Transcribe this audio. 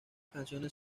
canciones